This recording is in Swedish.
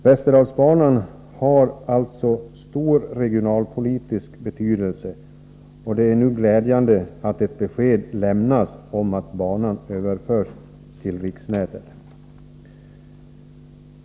Västerdalsbanan har alltså stor regionalpolitisk betydelse, och det är nu glädjande att ett besked lämnas om att banan överförs till riksnätet.